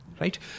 Right